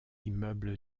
immeuble